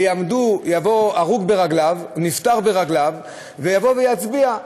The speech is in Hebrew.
יבוא הרוג ברגליו, נפטר ברגליו, ויצביעו.